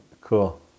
cool